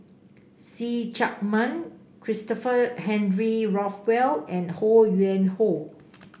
See Chak Mun Christopher Henry Rothwell and Ho Yuen Hoe